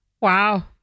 Wow